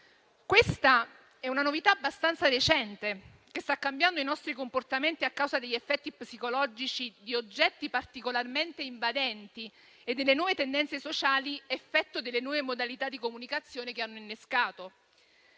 Questa è una novità abbastanza recente che sta cambiando i nostri comportamenti a causa degli effetti psicologici di oggetti particolarmente invadenti e delle nuove tendenze sociali, effetto delle nuove modalità di comunicazione che hanno innescato.